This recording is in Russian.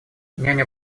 няня